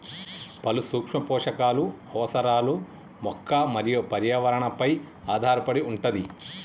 పలు సూక్ష్మ పోషకాలు అవసరాలు మొక్క మరియు పర్యావరణ పై ఆధారపడి వుంటది